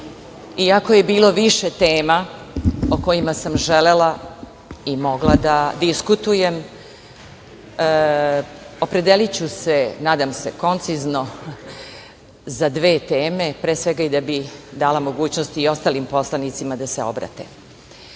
iako je bilo više tema o kojima sam želela i mogla da diskutujem, opredeliću se, nadam se, koncizno za dve teme, da bih dala mogućnosti i ostalim poslanicima da se